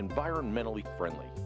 environmentally friendly